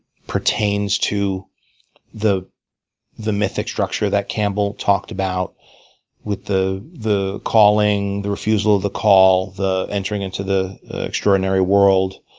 pertains to the the mythic structure that campbell talked about with the the calling, the refusal of the call, the entering into the extraordinary world,